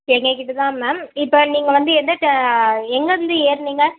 எங்கள் கிட்ட தான் மேம் இப்போ நீங்கள் வந்து எந்தடத்தை எங்கேருந்து ஏறுனீங்க